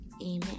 Amen